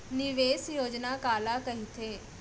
निवेश योजना काला कहिथे?